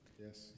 Yes